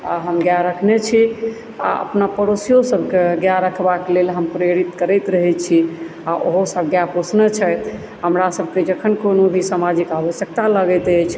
आ हम गाय रखने छी आ अपना पड़ोसियो सभक गाय रखबाक लेल हम प्रेरित करैत रहैत छी आ ओहो सभ गाय पोसने छथि हमरा सभक जखन कोनो भी सामाजिक आवश्यकता लागैत अछि